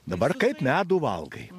dabar kaip medų valgai